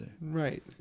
Right